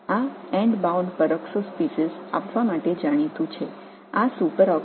இதுதான் முடிவில் பிணைக்கப்பட்டுள்ள பெராக்ஸோ இனங்களை சரியான முறையில் கொடுக்கின்றன